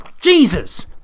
Jesus